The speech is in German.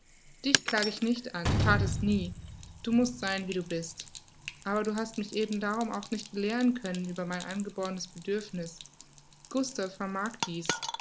dich klag ich nicht an that es nie du mußt sein wie du bist aber du hast mich eben darum auch nicht belehren können über mein angebornes bedürfniß gustav vermag dieß